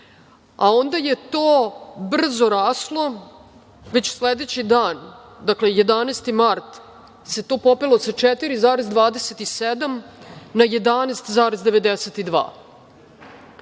A onda je to brzo raslo, već sledeći dan, dakle, 11. mart se to popelo sa 4,27% na 11,92%.